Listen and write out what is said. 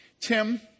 Tim